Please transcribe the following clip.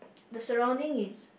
the surrounding is